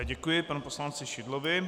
Děkuji panu poslanci Šidlovi.